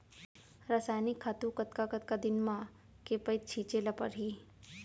रसायनिक खातू कतका कतका दिन म, के पइत छिंचे ल परहि?